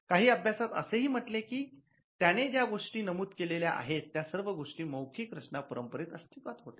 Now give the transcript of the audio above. काही अभ्यासात असे हि म्हटले कि त्याने ज्या गोष्टी नमूद केलेल्या आहेत त्या सर्व गोष्टी मौखिक रचना परंपरेत अस्तित्वात होत्या